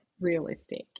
realistic